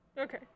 Okay